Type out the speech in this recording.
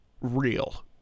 real